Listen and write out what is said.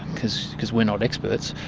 because because we're not experts,